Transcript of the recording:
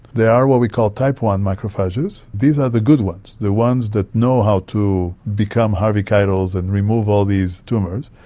there are what we call type one macrophages, these are the good ones, the ones that know how to become harvey keitels and remove all these tumours,